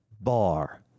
Bar